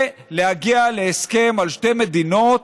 ולהגיע להסכם על שתי מדינות,